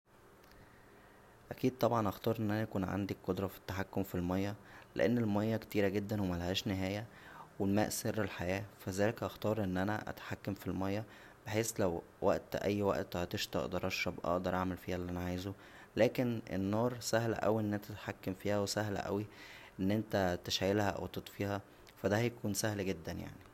اكيد طبعا هختار ان انا يكون عندى قدره فى التحكم فالمياه لان المياه كتيره جدا وملهاش نهايه و الماء سر الحياه لذلك هختار ان انا اتحكم فالمياه بحيث لو وقت اى وقت عطشت اقدر اشرب اقدر اعمل فيها اللى انا عاوزه لكن النار سهل اوى ان انت تتحكم فيها و سهل اوى ان انت تشعلها و تطفيها فا دا هيكون سهل جدا يعنى